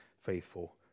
faithful